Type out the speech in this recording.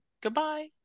goodbye